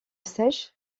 sèche